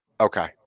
okay